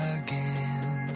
again